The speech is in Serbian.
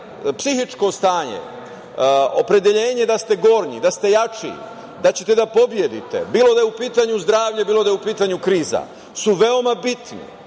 psihičko stanje, opredeljenje da ste gornji, da ste jači, da ćete da pobedite, bilo da je u pitanju zdravlje, bilo da je u pitanju kriza, su veoma bitni